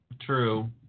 True